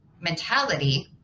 mentality